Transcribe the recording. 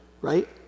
right